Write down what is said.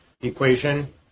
equation